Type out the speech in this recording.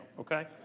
okay